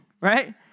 right